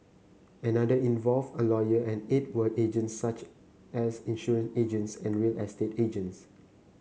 another involved a lawyer and eight were agents such as insurance agents and real estate agents